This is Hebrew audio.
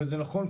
וזה נכון,